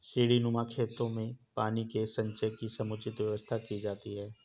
सीढ़ीनुमा खेतों में पानी के संचय की समुचित व्यवस्था की जाती है